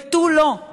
ותו לא.